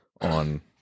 on